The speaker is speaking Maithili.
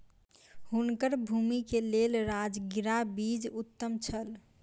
हुनकर भूमि के लेल राजगिरा बीज उत्तम छल